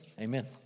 Amen